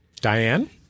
Diane